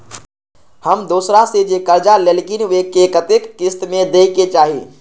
हम दोसरा से जे कर्जा लेलखिन वे के कतेक किस्त में दे के चाही?